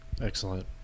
Excellent